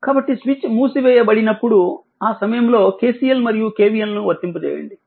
కాబట్టి స్విచ్ మూసివేయబడినప్పుడు ఆ సమయంలో KCL మరియు KVL ను వర్తింపజేయండి